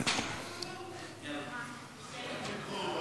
מאיר פרוש,